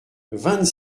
vingt